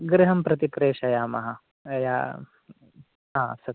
गृहं प्रति प्रेषयामः आम् सत्यं